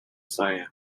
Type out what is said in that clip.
siam